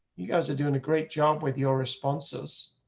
you guys are doing a great job with your responses.